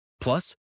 Plus